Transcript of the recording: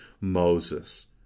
Moses